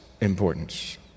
importance